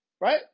right